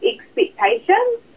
expectations